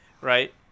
right